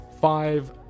five